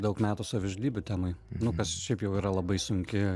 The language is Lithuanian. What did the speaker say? daug metų savižudybių temai nu kas šiaip jau yra labai sunki